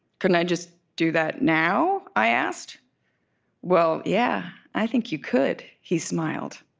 couldn't i just do that now? i asked well, yeah, i think you could he smiled.